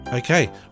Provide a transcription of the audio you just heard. Okay